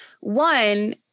one